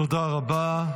תודה רבה.